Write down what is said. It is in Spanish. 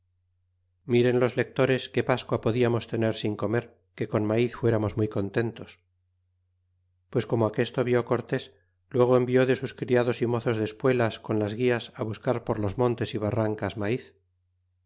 miren los lectores qué pascua podíamos tener sin comer que con maiz fueramos muy contentos pues como aquesto vi cortés luego envió de sus criados y mozos de espuelas con las guias buscar por los montes y barrancas maiz